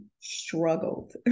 struggled